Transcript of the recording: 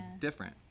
different